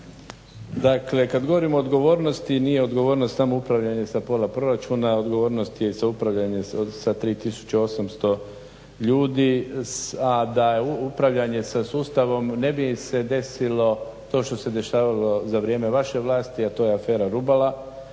Dakle, kad govorim o odgovornosti nije odgovornost samo upravljanje sa pola proračuna. Odgovornost je i samoupravljanje sa 3800 ljudi, a da upravljanje sa sustavom ne bi se desilo to što se dešavalo za vrijeme vaše vlasti, a to je afera Rubala.